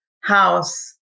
house